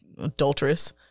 adulteress